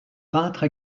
peintre